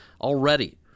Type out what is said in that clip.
already